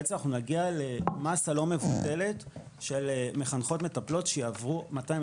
אנחנו נגיע למאסה לא מבוטלת של מחנכות מטפלות שיעברו 220